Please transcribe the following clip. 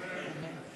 אמן.